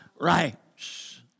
rights